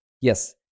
yes